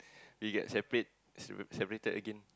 we get separate separated again